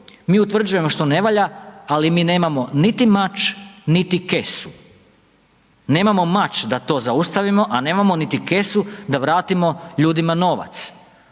mi utvrđujemo što ne valja ali mi nemamo niti mač niti kesu. Nemamo mač da to zaustavimo, a nemamo niti kesu da vratimo ljudima novac